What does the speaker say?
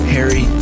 Harry